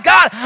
God